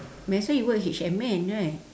might as well you work H&M right